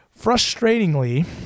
Frustratingly